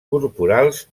corporals